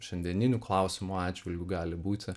šiandieninių klausimų atžvilgiu gali būti